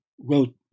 wrote